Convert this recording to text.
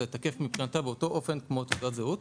מבחינתה זה תקף באותו אופן כמו תעודת זהות.